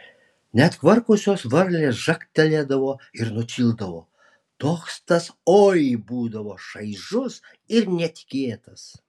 net kvarkusios varlės žagtelėdavo ir nutildavo toks tas oi būdavo šaižus ir netikėtas